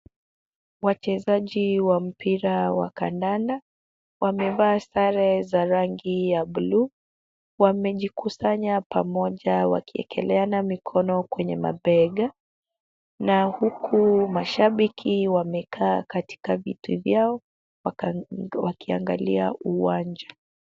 Wachezaji wa mpira wa kandanda wamevaa sare za rangi ya blue . Wamejikusanya pamoja wakiekeleana mikono kwenye mabega na huku mashabiki wamekaa katika viti vyao wakiangalia uwanja.